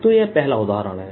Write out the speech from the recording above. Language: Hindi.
तो यह पहला उदाहरण है